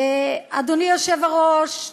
אדוני היושב-ראש,